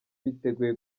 biteguye